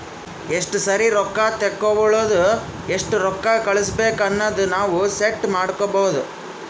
ಎಸ್ಟ ಸರಿ ರೊಕ್ಕಾ ತೇಕೊಳದು ಎಸ್ಟ್ ರೊಕ್ಕಾ ಕಳುಸ್ಬೇಕ್ ಅನದು ನಾವ್ ಸೆಟ್ ಮಾಡ್ಕೊಬೋದು